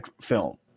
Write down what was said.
film